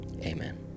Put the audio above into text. Amen